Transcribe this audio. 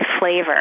flavor